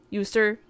user